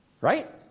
right